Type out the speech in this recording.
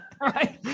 right